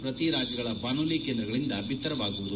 ಪ್ರತಿ ರಾಜ್ಗಳ ಬಾನುಲಿ ಕೇಂದ್ರಗಳಿಂದ ಬಿತ್ತರವಾಗುವುದು